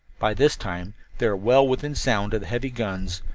by this time they were well within sound of the heavy guns,